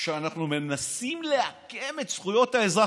שאנחנו מנסים לעקם את זכויות האזרח.